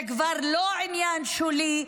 זה כבר לא עניין שולי.